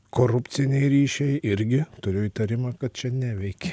korupciniai ryšiai irgi turiu įtarimą kad čia neveikė